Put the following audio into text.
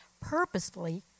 purposefully